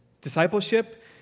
Discipleship